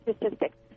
statistics